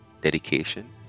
dedication